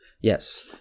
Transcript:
Yes